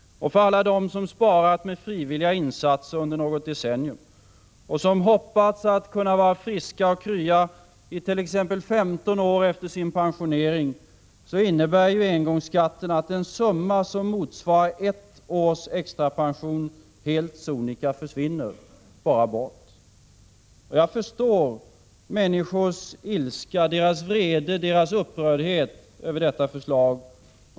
Och för alla dem som sparat med frivilliga insatser under något decennium, och som hoppas kunna vara friska och krya i t.ex. 15 år efter sin pensionering, innebär engångsskatten att en summa motsvarande ett års extrapension helt sonika försvinner, bara bort. Jag förstår, människors ilska, vrede, upprördhet över detta förslag.